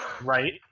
right